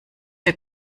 der